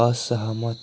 असहमत